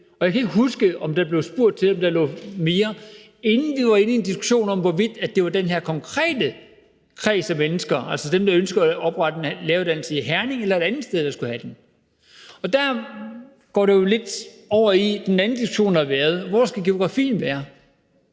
Jeg kan ikke huske, om der er blevet spurgt til, om der lå mere, inden vi var inde i en diskussion om, hvorvidt det var den her konkrete kreds af mennesker, som altså er dem, der ønsker at oprette en læreruddannelse i Herning, eller et andet sted, der skulle have den. Kl. 15:42 Der går det jo lidt over i den anden diskussion, der har været, nemlig hvor den geografisk skal